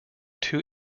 two